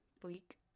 Bleak